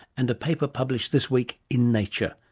and a paper published this week in nature.